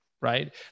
right